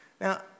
Now